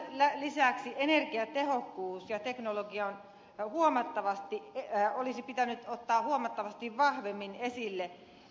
tämän lisäksi energiatehokkuus ja teknologia olisi pitänyt ottaa huomattavasti vahvemmin esille